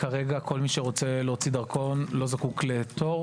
כרגע כל מי שרוצה להוציא דרכון לא זקוק לתור.